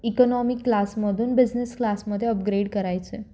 economy क्लासमधून business क्लासमध्ये upgrade करायचं आहे